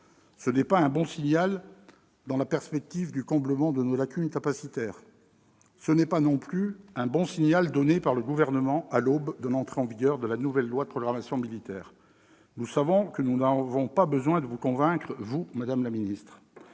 Ce n'est pas un bon signal dans la perspective du comblement de nos lacunes capacitaires. Ce n'est pas non plus un bon signal donné par le Gouvernement à l'aube de l'entrée en vigueur de la nouvelle loi de programmation militaire. Nous savons que nous n'avons pas besoin de vous convaincre, vous, madame la ministre.